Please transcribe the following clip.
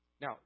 Now